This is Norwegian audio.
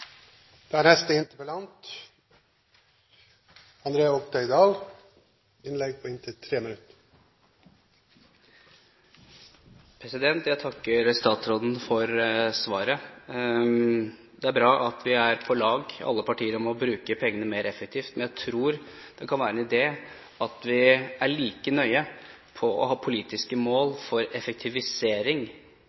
Jeg takker statsråden for svaret. Det er bra at vi er på lag – alle partier – når det gjelder å bruke pengene mer effektivt, men jeg tror det kan være en idé at vi er like nøye med å ha politiske mål for effektivisering